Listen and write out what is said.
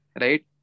right